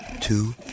Two